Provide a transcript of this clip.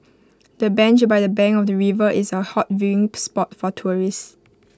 the bench by the bank of the river is A hot viewing spot for tourists